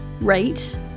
rate